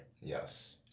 Yes